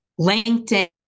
LinkedIn